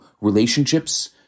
relationships